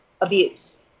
Abuse